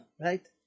Right